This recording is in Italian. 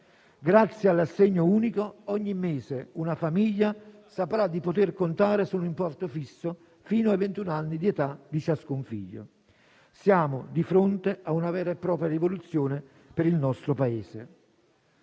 Grazie all'assegno unico, ogni mese una famiglia saprà di poter contare su un importo fisso fino ai ventun anni di età di ciascun figlio. Siamo di fronte a una vera e propria rivoluzione per il nostro Paese.